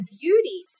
beauty